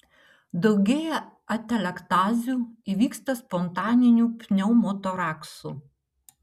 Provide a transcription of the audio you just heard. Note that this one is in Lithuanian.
daugėja atelektazių įvyksta spontaninių pneumotoraksų